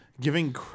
giving